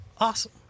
awesome